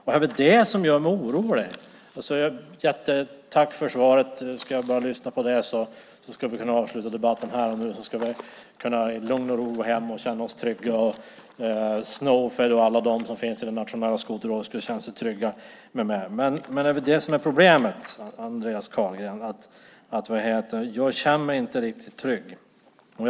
Det är det här som gör mig orolig. Jättetack för svaret! Skulle jag bara lyssna på det skulle vi kunna avsluta debatten här och nu och gå hem i lugn och ro och känna oss trygga. Snofed och alla som finns i det nationella skoterrådet skulle känna sig trygga. Men jag känner mig inte riktigt trygg, och det är det som är problemet, Andreas Carlgren.